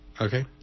Okay